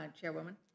Chairwoman